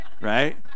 right